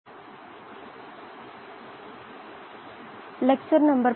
ബയോറിയാക്റ്ററുകളുടെ N